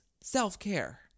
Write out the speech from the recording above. self-care